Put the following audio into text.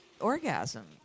orgasm